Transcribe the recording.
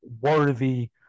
worthy